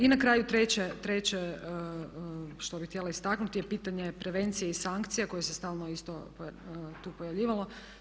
I na kraju treće što bih hitjela istaknuti, je pitanje prevencije i sankcija koje se stalno isto tu pojavljivalo.